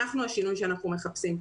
אנחנו השינוי שאנחנו מחפשים.